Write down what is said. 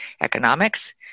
economics